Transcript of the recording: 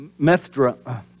Methra